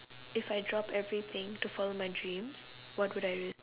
if I drop everything to follow my dreams what could I risk